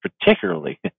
particularly